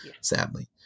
Sadly